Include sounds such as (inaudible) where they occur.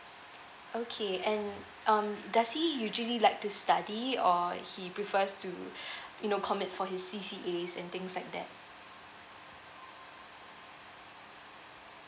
okay and um does he usually like to study or he prefers to (breath) you know commit for his C_C_As and things like that